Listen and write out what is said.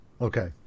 Okay